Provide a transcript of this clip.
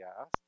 asked